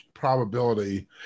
probability